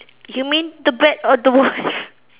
you mean the bat or the wife